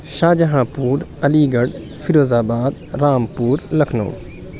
شاہجہاں پور Aligarh Firozabad Rampur Lucknow